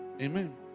Amen